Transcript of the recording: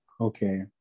okay